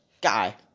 guy